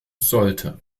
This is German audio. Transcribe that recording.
sollte